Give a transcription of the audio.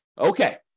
Okay